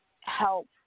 help